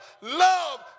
love